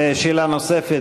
שאלה נוספת,